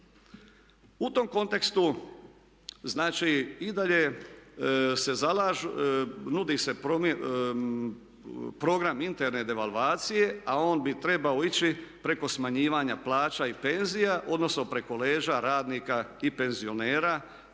U tom kontekstu znači i dalje se, nudi se program interne devalvacije a on bi trebao ići preko smanjivanja plaća i penzija, odnosno preko leđa radnika i penzionera